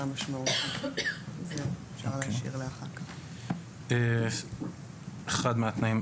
מספר 3 נמחק; (7)ההגדרה